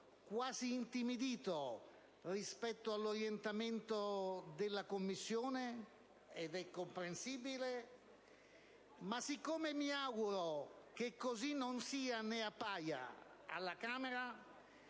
quasi intimidito rispetto all'orientamento della Commissione. È comprensibile, ma siccome mi auguro che così non sia né appaia alla Camera,